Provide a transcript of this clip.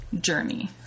journey